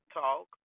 talk